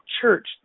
Church